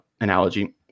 analogy